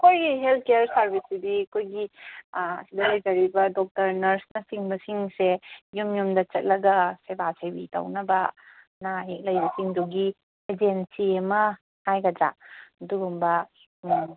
ꯑꯩꯈꯣꯏꯒꯤ health care ꯁꯥꯔꯕꯤꯁꯁꯤꯗꯤ ꯑꯩꯈꯣꯏꯒꯤ ꯑꯥ ꯁꯤꯗ ꯂꯩꯖꯔꯤꯕ ꯗꯣꯛꯇꯔ ꯅꯔꯁꯅ ꯆꯤꯡꯕꯁꯤꯡꯁꯦ ꯌꯨꯝ ꯌꯨꯝꯗ ꯆꯠꯂꯒ ꯁꯦꯕꯥ ꯁꯦꯕꯤ ꯇꯧꯅꯕ ꯑꯅꯥ ꯑꯌꯦꯛ ꯂꯩꯕꯁꯤꯡꯗꯨꯒꯤ ꯑꯦꯖꯦꯟꯁꯤ ꯑꯃ ꯍꯥꯏꯒꯗ꯭ꯔꯥ ꯑꯗꯨꯒꯨꯝꯕ